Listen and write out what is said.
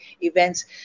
events